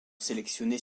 sélectionnés